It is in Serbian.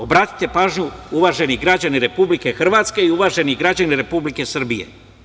Obratite pažnju uvaženi građani Republike Hrvatske i uvaženi građani Republike Srbije.